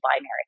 binary